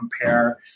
compare